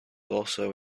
also